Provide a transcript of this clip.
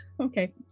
okay